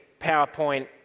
PowerPoint